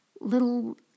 little